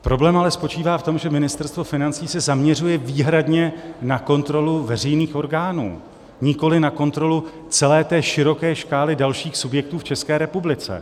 Problém ale spočívá v tom, že Ministerstvo financí se zaměřuje výhradně na kontrolu veřejných orgánů, nikoli na kontrolu celé široké škály dalších subjektů v České republice.